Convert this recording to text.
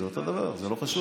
זה אותו דבר, זה לא חשוב.